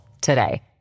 today